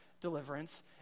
deliverance